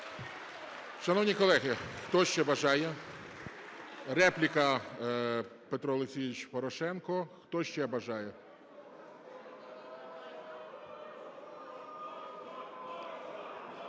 Шановні колеги, хто ще бажає? Репліка, Петро Олексійович Порошенко. Хто ще бажає?